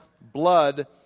blood